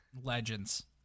Legends